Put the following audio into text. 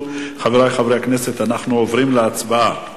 חברי חברי הכנסת, אנחנו עוברים להצבעה